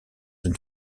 une